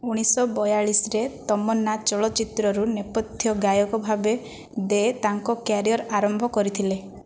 ଉଣେଇଶହ ବୟାଳିଶରେ ତମନ୍ନା ଚଳଚ୍ଚିତ୍ରରୁ ନେପଥ୍ୟ ଗାୟକ ଭାବେ ଦେ ତାଙ୍କ କ୍ୟାରିଅର ଆରମ୍ଭ କରିଥିଲେ